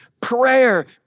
prayer